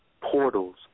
portals